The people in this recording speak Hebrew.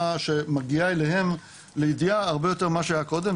שמגיעה אליהם לידיעה הרבה יותר ממה שהיה קודם,